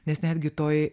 nes netgi toj